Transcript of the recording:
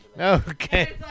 Okay